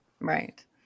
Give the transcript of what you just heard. right